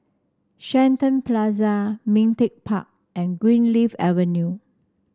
Shenton Plaza Ming Teck Park and Greenleaf Avenue